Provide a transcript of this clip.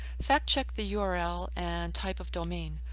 fact check the yeah url and type of domain.